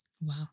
wow